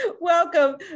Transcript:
Welcome